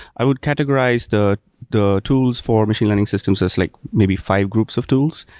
i would categorize the the tools for machine learning systems as like maybe five groups of tools.